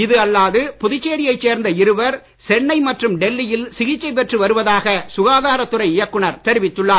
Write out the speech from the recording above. இது அல்லாது புதுச்சேரி யைச் சேர்ந்த இருவர் சென்னை மற்றும் டெல்லி யில் சிகிச்சை பெற்று வருவதாக சுகாதாரத் துறை இயக்குனர் தெரிவித்துள்ளார்